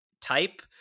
type